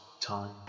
time